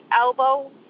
elbow